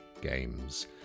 games